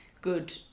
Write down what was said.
good